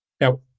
Now